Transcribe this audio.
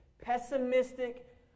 pessimistic